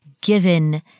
given